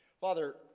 Father